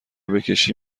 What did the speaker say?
بکشی